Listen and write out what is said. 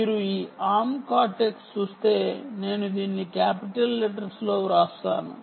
మీరు ఈ Arm cortex చూస్తే నేను దీన్ని క్యాపిటల్ లెటర్స్ లో వ్రాస్తాను